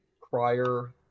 crier